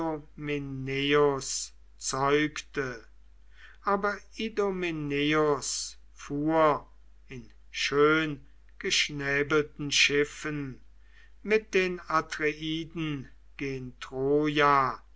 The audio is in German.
zeugte aber idomeneus fuhr in schöngeschnäbelten schiffen mit den atreiden gen troja